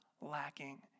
lacking